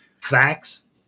Facts